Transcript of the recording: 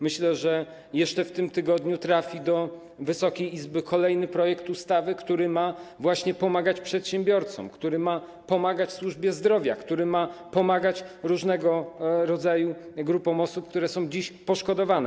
Myślę, że jeszcze w tym tygodniu trafi do Wysokiej Izby kolejny projekt ustawy, który ma właśnie pomagać przedsiębiorcom, który ma pomagać służbie zdrowia, który ma pomagać różnego rodzaju grupom osób, które są dziś poszkodowane.